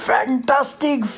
Fantastic